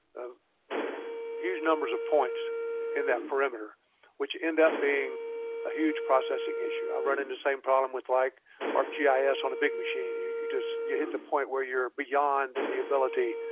ah huge numbers of points in that perimeter which end up being a huge processing issue? i'm running the same problem with like arcgis on a big machine you you just you hit the point where you're beyond the the ability